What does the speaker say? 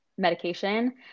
medication